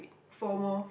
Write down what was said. Fomo